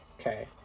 Okay